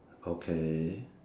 okay